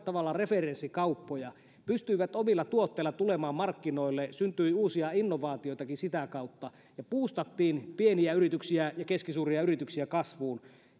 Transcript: tavallaan referenssikauppoja pystyivät omilla tuotteillaan tulemaan markkinoille ja syntyi uusia innovaatioitakin sitä kautta ja buustattiin pieniä yrityksiä ja keskisuuria yrityksiä kasvuun